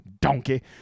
Donkey